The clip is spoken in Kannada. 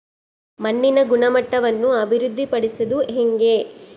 ಮಣ್ಣಿನ ಗುಣಮಟ್ಟವನ್ನು ಅಭಿವೃದ್ಧಿ ಪಡಿಸದು ಹೆಂಗೆ?